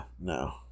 No